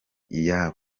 iyabo